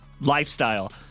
lifestyle